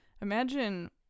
imagine